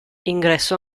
ingresso